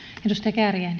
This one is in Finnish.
arvoisa